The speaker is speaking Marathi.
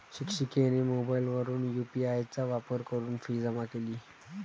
शिक्षिकेने मोबाईलवरून यू.पी.आय चा वापर करून फी जमा केली